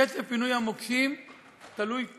קצב פינוי המוקשים תלוי תקציב.